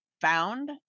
Found